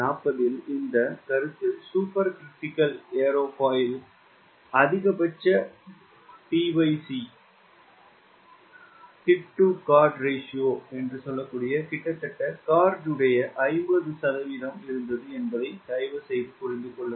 1940 இல் இந்த கருத்து சூப்பர் கிரிட்டிகல் ஏர்ஃபாயில் அதிகபட்ச tc கிட்டத்தட்ட கார்ட் உடைய 50 சதவிகிதம் இருந்தது என்பதை தயவுசெய்து புரிந்து கொள்ளுங்கள்